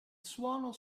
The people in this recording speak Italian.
suono